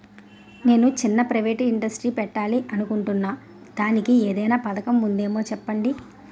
నేను చిన్న private industry పెట్టాలి అనుకుంటున్నా దానికి ఏదైనా పథకం ఉందేమో చెప్పండి?